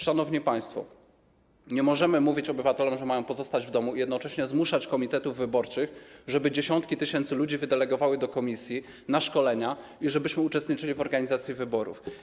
Szanowni państwo, nie możemy mówić obywatelom, że mają pozostać w domu, a jednocześnie zmuszać komitetów wyborczych, żeby wydelegowały dziesiątki tysięcy ludzi do komisji na szkolenia i żebyśmy uczestniczyli w organizacji wyborów.